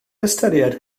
ystyried